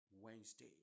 Wednesday